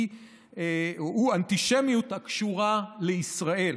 היא אנטישמיות הקשורה לישראל,